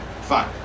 fine